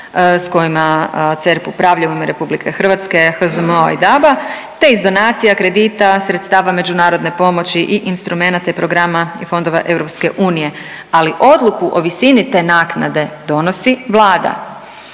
s kojima CERP upravlja u ime RH, HZMO-a i DAB-a te iz donacija kredita, sredstava međunarodne pomoći i instrumenata i programa i fondova EU, ali odluku o visini te naknade donosi Vlada.